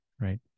right